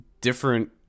different